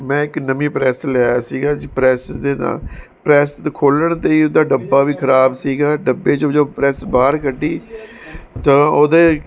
ਮੈਂ ਇੱਕ ਨਵੀਂ ਪ੍ਰੈੱਸ ਲਿਆਇਆ ਸੀਗਾ ਜੀ ਪ੍ਰੈੱਸ ਦੇ ਤਾਂ ਪ੍ਰੈੱਸ ਖੋਲ੍ਹਣ 'ਤੇ ਇਹਦਾ ਡੱਬਾ ਵੀ ਖਰਾਬ ਸੀਗਾ ਡੱਬੇ 'ਚ ਜੋ ਪ੍ਰੈੱਸ ਬਾਹਰ ਕੱਢੀ ਤਾਂ ਉਹਦੇ